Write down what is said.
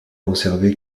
conservé